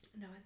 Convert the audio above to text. No